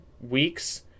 weeks